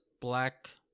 black